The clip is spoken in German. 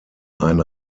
ein